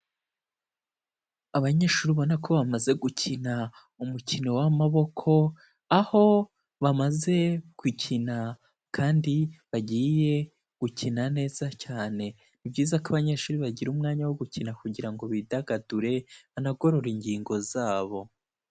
Abanyeshuri ubona ko bamaze gukina umukino w'amaboko, aho bamaze gukina kandi bagiye gukina neza cyane, ni byiza ko abanyeshuri bagira umwanya wo gukina kugira ngo bidagadure, banagorore ingingo zabo.